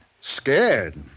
Scared